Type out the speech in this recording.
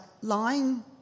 lying